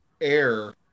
air